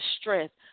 strength